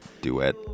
duet